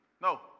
No